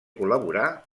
col·laborà